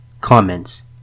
Comments